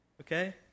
Okay